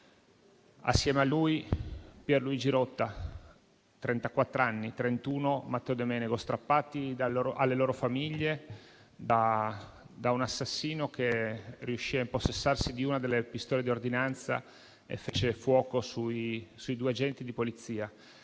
Insieme a lui, Pierluigi Rotta, trentaquattro anni. Entrambi vennero strappati alle loro famiglie da un assassino che riuscì a impossessarsi di una delle pistole di ordinanza e fece fuoco sui due agenti di Polizia.